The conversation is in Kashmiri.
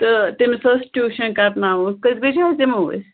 تہٕ تٔمِس اوس ٹیٛوٗشَن کَرناوُن کٔژِ بَجہِ حظ یِمو أسۍ